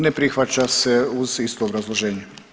Ne prihvaća se uz isto obrazloženje.